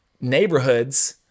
neighborhoods